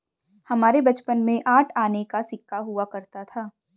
हमारे बचपन में आठ आने का सिक्का हुआ करता था